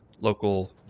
local